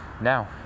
Now